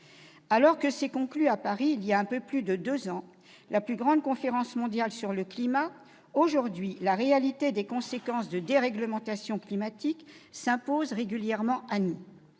Alors que s'est conclue à Paris, voilà un peu plus de deux ans, la plus grande conférence mondiale sur le climat, la réalité des conséquences de la déréglementation climatique s'impose aujourd'hui régulièrement à nous.